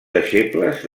deixebles